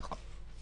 נכון.